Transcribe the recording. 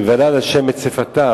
כי בלל השם את שפתם.